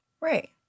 Right